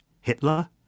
hitler